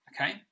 Okay